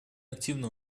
активно